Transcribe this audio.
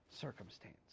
circumstance